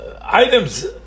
items